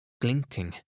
glinting